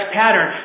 pattern